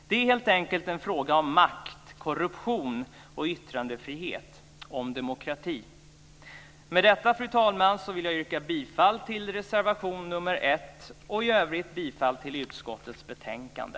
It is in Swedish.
Det är helt enkelt en fråga om makt, korruption och yttrandefrihet - om demokrati. Med detta, fru talman, vill jag yrka bifall till reservation 1 och i övrigt bifall till hemställan i utskottets betänkande.